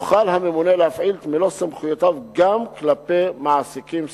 יוכל הממונה להפעיל את מלוא סמכויותיו גם כלפי מעסיקים סיעודיים.